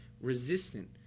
resistant